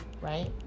right